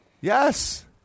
Yes